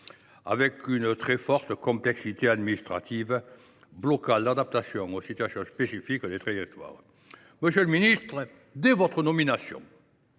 à une très forte complexité administrative bloquant l’adaptation aux situations spécifiques des territoires. Monsieur le ministre, dès votre nomination,